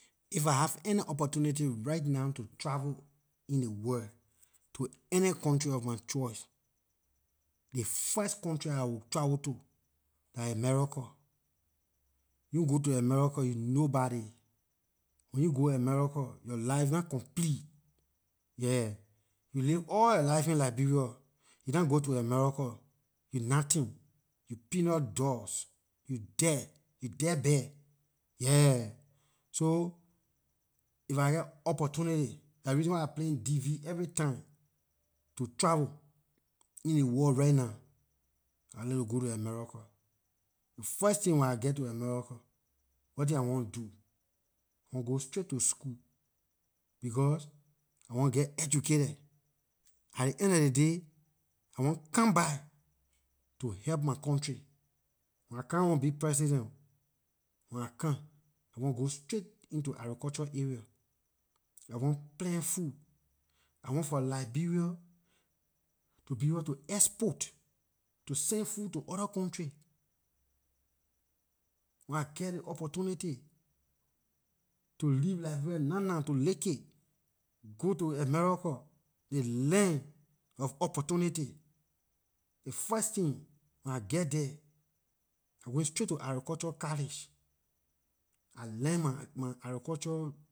If I have any opportunity right now to travel in ley world to any country of my choice ley first country I will travel to, dah america, you'n go to america you nobody, when you'n go america yor life nah complete yeah you live all yor life in liberia you nah go to america you nothing you peanut dust you dirt- you dirtbag, yeah so if I geh opportunity dah ley reason why I playing dv every time to travel in ley world right now I like to go to america the first thing when I geh to america wetin I want do, I want go straight to school because I want get educated at ley end of the day I want come back to help my country when I come ahn want be president ooo when I come I want go straight into agriculture area I want plant food I want for liberia to be able to export to send food to other countries when I geh ley opportunity to leave liberia nah nah to make it go to america, the land of opportunity ley first thing when I geh there I going straight to agriculture college I learn my agriculture